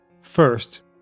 First